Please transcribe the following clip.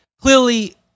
Clearly